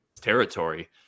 territory